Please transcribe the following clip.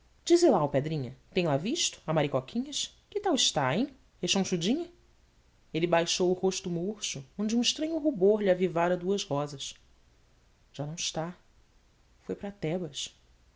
dize lá alpedrinha tem la visto a maricoquinhas que tal está hem rechonchudinha ele baixou o rosto murcho onde um estranho rubor lhe avivara duas rosas já não está foi para tebas